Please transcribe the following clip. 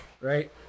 right